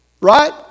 Right